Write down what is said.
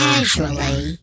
Casually